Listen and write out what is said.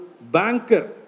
Banker